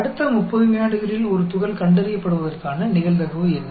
அடுத்த 30 விநாடிகளில் ஒரு துகள் கண்டறியப்படுவதற்கான நிகழ்தகவு என்ன